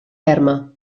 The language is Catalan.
ferma